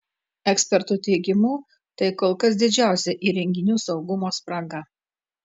ekspertų teigimu tai kol kas didžiausia įrenginių saugumo spraga